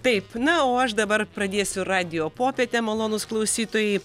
taip na o aš dabar pradėsiu radijo popietę malonūs klausytojai